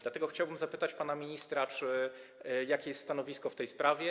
Dlatego chciałbym zapytać pana ministra: Jakie jest stanowisko w tej sprawie?